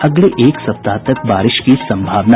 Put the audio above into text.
अगले एक सप्ताह तक बारिश की सम्भावना